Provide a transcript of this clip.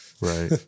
Right